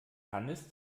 hannes